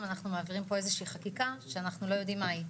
מעבירים פה איזושהי חקיקה שאנחנו לא יודעים מהי.